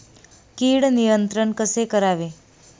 कीड नियंत्रण कसे करावे?